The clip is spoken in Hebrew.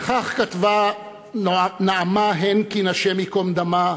וכך כתבה נעמה הנקין, השם ייקום דמה,